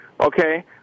okay